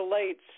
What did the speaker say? relates